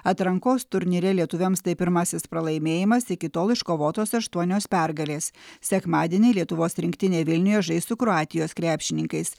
atrankos turnyre lietuviams tai pirmasis pralaimėjimas iki tol iškovotos aštuonios pergalės sekmadienį lietuvos rinktinė vilniuje žais su kroatijos krepšininkais